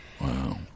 Wow